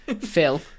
Phil